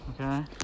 Okay